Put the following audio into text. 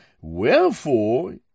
wherefore